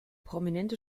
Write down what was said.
prominente